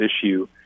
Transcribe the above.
issue